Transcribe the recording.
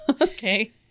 Okay